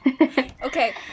Okay